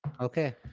Okay